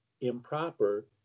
improper